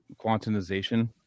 quantization